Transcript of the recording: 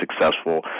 successful